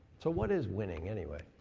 so what is winning anyway?